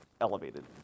elevated